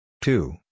two